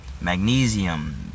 magnesium